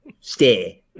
Stay